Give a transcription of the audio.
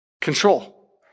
Control